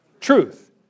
truth